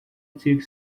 took